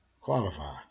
qualify